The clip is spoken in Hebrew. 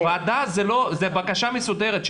ועדה זה בקשה מסודרת.